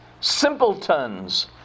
simpletons